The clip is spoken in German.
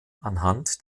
anhand